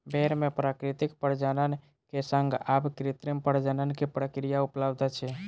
भेड़ मे प्राकृतिक प्रजनन के संग आब कृत्रिम प्रजनन के प्रक्रिया उपलब्ध अछि